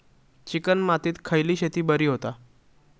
Chicken मातीत खयली शेती बरी होता?